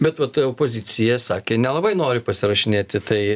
bet vat opozicija sakė nelabai nori pasirašinėti tai